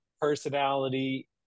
personality